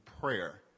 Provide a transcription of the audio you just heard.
prayer